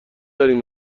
داریم